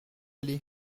allez